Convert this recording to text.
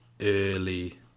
early